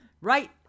right